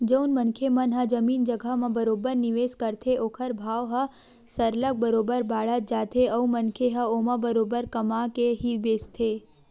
जउन मनखे मन ह जमीन जघा म बरोबर निवेस करथे ओखर भाव ह सरलग बरोबर बाड़त जाथे अउ मनखे ह ओमा बरोबर कमा के ही बेंचथे